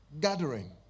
gathering